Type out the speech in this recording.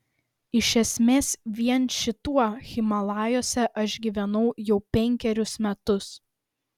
iš esmės vien šituo himalajuose aš gyvenau penkerius metus